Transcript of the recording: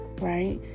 right